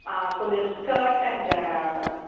ஆ கொஞ்சம் scared and